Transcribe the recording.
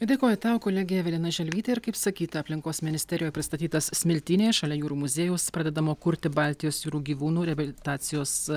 dėkoju tau kolegė evelina želvytė ir kaip sakyt aplinkos ministerijoje pristatytas smiltynėje šalia jūrų muziejaus pradedamo kurti baltijos jūrų gyvūnų reabilitacijos